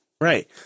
Right